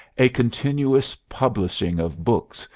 a continuous publishing of books,